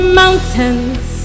mountains